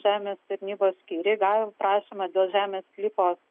žemės tarnybos skyriai gavę prašymą dėl žemės sklypo